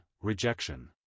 Rejection